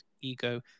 Ego